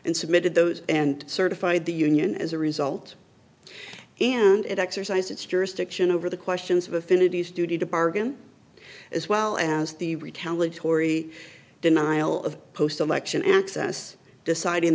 and submitted those and certified the union as a result and it exercised its jurisdiction over the questions of affinities duty to bargain as well as the retaliatory denial of post election access deciding